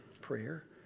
prayer